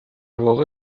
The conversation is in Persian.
واقع